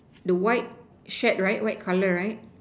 the white shed right white color right